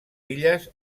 illes